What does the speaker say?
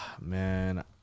man